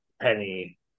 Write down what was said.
Penny